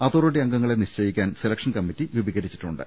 authority അംഗങ്ങളെ നിശ്ചയിക്കാൻ selection committee രൂപീക്രിച്ചിട്ടുണ്ട്